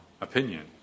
opinion